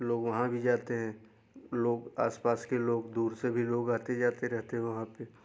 लोग वहाँ भी जाते हैं लोग आसपास के लोग दूर से भी लोग आते जाते रहते हैं वहाँ पे